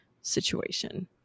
situation